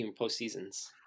postseasons